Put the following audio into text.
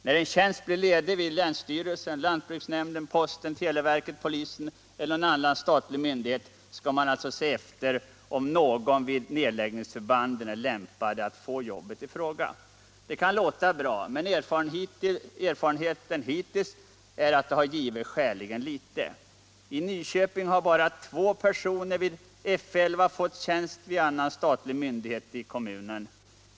När en tjänst blir ledig vid länsstyrelsen, lantbruksnämnden, posten, televerket, polisen eller annan statlig myndighet, skall man alltså se efter om någon vid nedläggningsförbanden är lämpad att få arbetet i fråga. Det kan låta bra, men erfarenheten hittills är att det givit skäligen litet. I Nyköping har bara två personer vid F 11 fått tjänst vid annan statlig myndighet i kommunen.